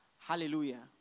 Hallelujah